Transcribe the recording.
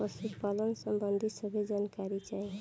पशुपालन सबंधी सभे जानकारी चाही?